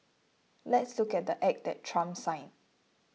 let's look at the Act that Trump signed